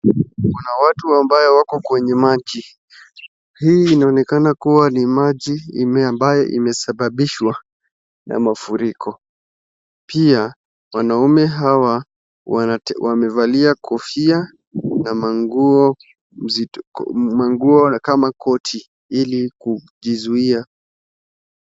Kuna watu ambao wako kwenye maji hii inaonekana kuwa ni maji ambaye imesababishwa na mafuriko, pia wanaume hawa wamevalia kofia na manguo, manguo kama koti ili kujizuia.